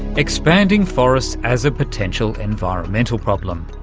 expanding forests as a potential environmental problem,